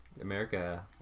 America